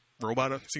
robot